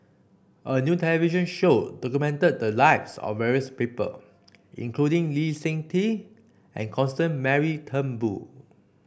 a new television show documented the lives of various people including Lee Seng Tee and Constance Mary Turnbull